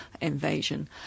invasion